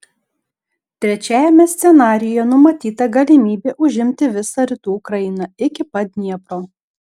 trečiajame scenarijuje numatyta galimybė užimti visą rytų ukrainą iki pat dniepro